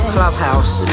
Clubhouse